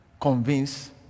convince